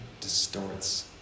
distorts